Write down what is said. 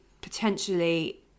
potentially